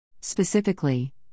Specifically